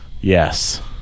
Yes